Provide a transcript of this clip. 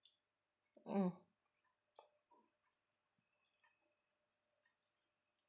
mm